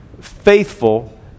faithful